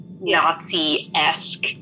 Nazi-esque